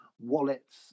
wallets